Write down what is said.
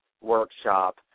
workshop